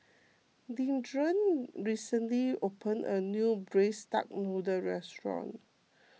Leandra recently opened a new Braised Duck Noodle restaurant